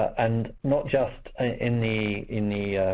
and not just in the in the